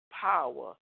power